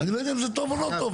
אני לא יודע אם זה טוב או לא טוב.